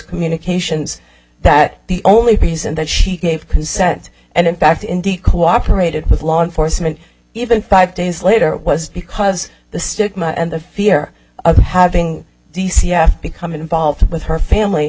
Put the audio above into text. communications that the only reason that she gave consent and in fact indeed cooperated with law enforcement even five days later it was because the stigma and the fear of having the c f become involved with her family